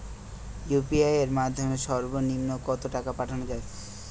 UPI এর মাধ্যমে সর্ব নিম্ন কত টাকা পাঠানো য়ায়?